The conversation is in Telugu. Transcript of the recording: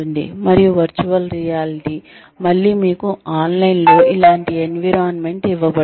మరియు వర్చువల్ రియాలిటీ మళ్ళీ మీకు ఆన్లైన్లో ఇలాంటి ఎన్విరాన్మెంట్ ఇవ్వబడుతుంది